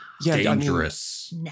dangerous